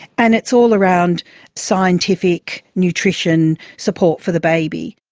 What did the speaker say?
and it's all around scientific nutrition support for the baby.